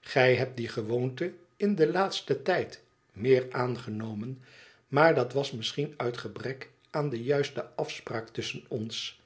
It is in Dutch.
gij hebt die gewoonte in den laatsten tijd meer aangenomen maar dat was misschien uit gebrek aan de juiste afspraak tusschen ons